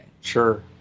Sure